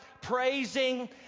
praising